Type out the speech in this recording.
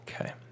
Okay